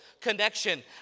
connection